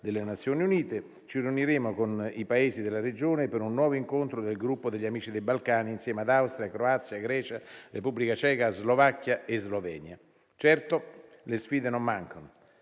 delle Nazioni Unite, ci riuniremo con i Paesi della regione per un nuovo incontro del gruppo degli amici dei Balcani insieme ad Austria, Croazia, Grecia, Repubblica Ceca, Slovacchia e Slovenia. Certo, le sfide non mancano,